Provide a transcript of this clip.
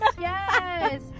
yes